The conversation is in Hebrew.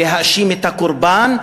להאשים את הקורבן,